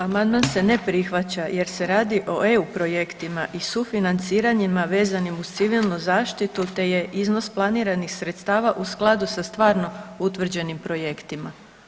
Amandman se ne prihvaća jer se radi o EU projektima i sufinanciranjima vezanim uz civilnu zaštitu, te je iznos planiranih sredstava u skladu sa stvarno utvrđenim projektima.